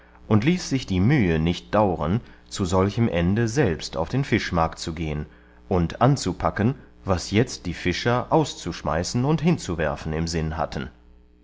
und ließ sich die mühe nicht dauren zu solchem ende selbst auf den fischmarkt zu gehen und anzupacken was jetzt die fischer auszuschmeißen und hinzuwerfen im sinn hatten